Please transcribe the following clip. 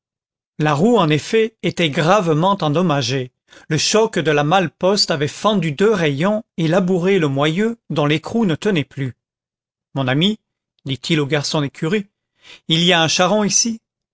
la roue en effet était gravement endommagée le choc de la malle-poste avait fendu deux rayons et labouré le moyeu dont l'écrou ne tenait plus mon ami dit-il au garçon d'écurie il y a un charron ici